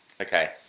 Okay